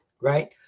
right